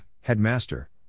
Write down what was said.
Headmaster